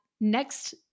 next